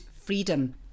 freedom